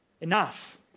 Enough